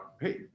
hey